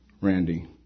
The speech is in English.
Randy